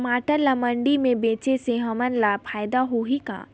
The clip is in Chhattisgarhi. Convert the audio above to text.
टमाटर ला मंडी मे बेचे से हमन ला फायदा होही का?